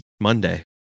Monday